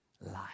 life